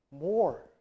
More